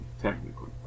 Technically